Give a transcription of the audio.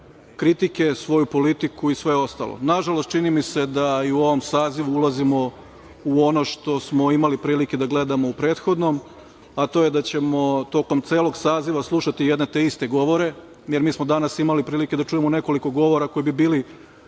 kritike, svoju politiku i sve ostalo. Nažalost, čini mi se da i u ovom sazivu ulazimo u ono što smo imali prilike da gledamo u prethodnom, a to je da ćemo tokom celog saziva slušati jedne te iste govore, jer mi smo danas imali prilike da čujemo nekoliko govora koji bi bili